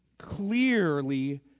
Clearly